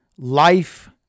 Life